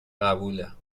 قبوله